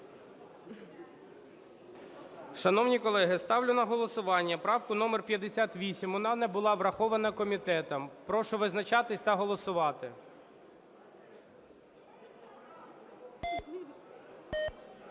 Шановні колеги, ставлю на голосування правку номер 58. Вона не була врахована комітетом. Прошу визначатись та голосувати.